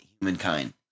humankind